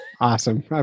Awesome